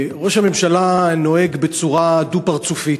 ראש הממשלה נוהג בצורה דו-פרצופית.